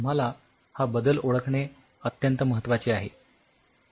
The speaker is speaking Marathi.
तुम्हाला हा बदल ओळखणे अत्यंत महत्वाचे आहे